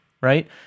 right